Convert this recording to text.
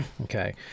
Okay